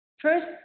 First